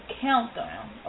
countdown